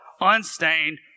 unstained